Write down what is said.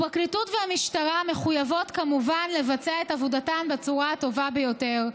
הפרקליטות והמשטרה מחויבות כמובן לבצע את עבודתן בצורה הטובה ביותר.